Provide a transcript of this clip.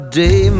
day